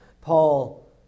Paul